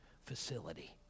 facility